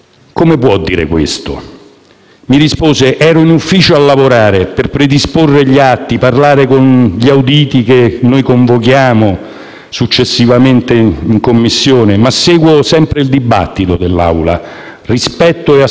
convochiamo in Commissione, ma seguo sempre il dibattito dell'Aula. Rispetto e ascolto quello che viene detto dentro l'Aula». Ed era assolutamente vero, perché interveniva nel merito delle cose che avevo detto in quell'occasione.